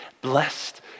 Blessed